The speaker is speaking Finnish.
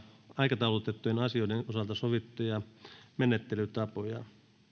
aikataulutettujen asioiden osalta sovittuja menettelytapoja